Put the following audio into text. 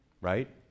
right